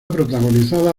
protagonizada